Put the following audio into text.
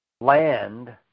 land